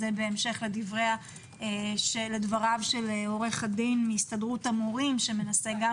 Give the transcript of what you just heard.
זה בהמשך לדבריו של עורך הדין דן חי מהסתדרות המורים שמנסה גם